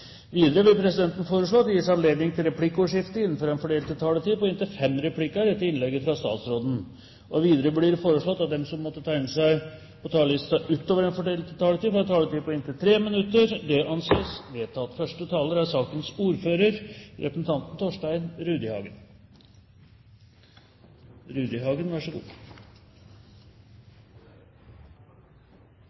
Videre vil presidenten foreslå at det gis anledning til replikkordskifte innenfor den fordelte taletid på inntil fem replikker med svar etter innlegget fra statsråden. Videre blir det foreslått at de som måtte tegne seg på talerlisten utover den fordelte taletid, får en taletid på inntil 3 minutter. – Det anses vedtatt. Det er